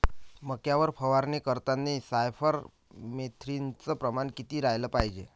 मक्यावर फवारनी करतांनी सायफर मेथ्रीनचं प्रमान किती रायलं पायजे?